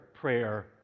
prayer